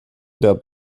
der